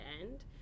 end